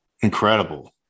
incredible